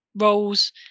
roles